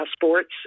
passports